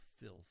filth